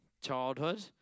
childhood